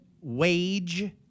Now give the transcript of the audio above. Wage